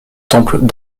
temple